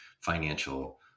financial